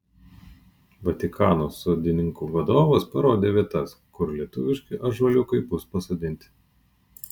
vatikano sodininkų vadovas parodė vietas kur lietuviški ąžuoliukai bus pasodinti